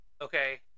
Okay